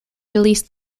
release